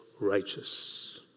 righteous